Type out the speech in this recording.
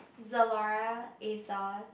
Zalora Asos